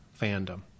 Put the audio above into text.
fandom